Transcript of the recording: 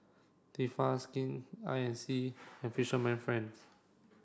Tefal Skin Inc and Fisherman friend